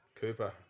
Cooper